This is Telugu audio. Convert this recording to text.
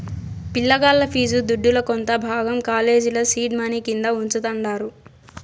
పిలగాల్ల ఫీజు దుడ్డుల కొంత భాగం కాలేజీల సీడ్ మనీ కింద వుంచతండారు